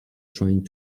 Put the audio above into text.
trying